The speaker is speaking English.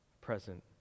present